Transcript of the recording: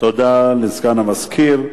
תודה לסגן המזכיר.